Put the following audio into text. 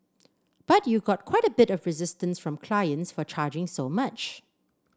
but you got quite a bit of resistance from clients for charging so much